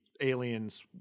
aliens